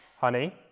honey